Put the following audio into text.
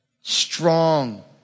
Strong